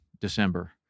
December